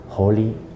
Holy